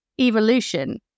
evolution